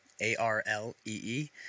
A-R-L-E-E